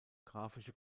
graphische